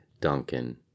Duncan